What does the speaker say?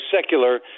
secular